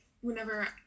whenever